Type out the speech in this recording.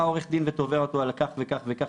בא עורך דין ותובע אותו על כך וכך וכך